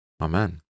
Amen